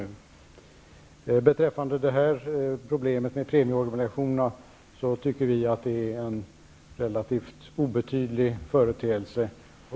Vi tycker att det här problemet med premieobligationerna gäller en relativt obetydlig företeelse.